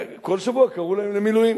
כל שבוע קראו להם למילואים,